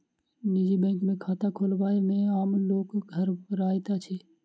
निजी बैंक मे खाता खोलयबा मे आम लोक घबराइत अछि